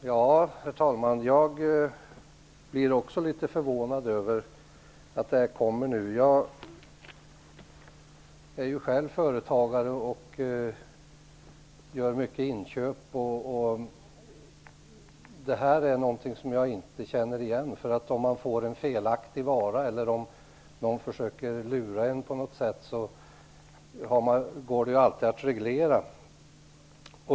Herr talman! Jag blir också litet förvånad över att det här kommer nu. Jag är själv företagare och gör mycket inköp, och det här är någonting som jag inte känner igen. Om man får en felaktig vara eller om någon försöker lura en på något sätt går det ju alltid att reglera.